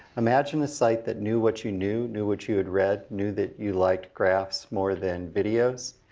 imagine a site that knew what you knew, knew what you had read, knew that you liked graphs more than videos.